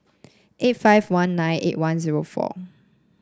eight five one nine eight one zero four